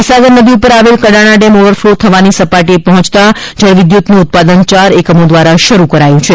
મહિસાગર નદી ઉપર આવેલા કડાણા ડેમ ઓવરફલો થવાની સપાટીએ પહોંચતા જળવિદ્યતનું ઉત્પાદન ચાર એકમો દ્વારા શરુ કરાયું છે